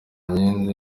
nyenzi